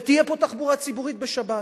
ותהיה פה תחבורה ציבורית בשבת.